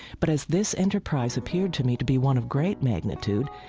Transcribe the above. but as this enterprise appeared to me to be one of great magnitude,